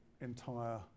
entire